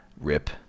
rip